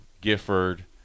gifford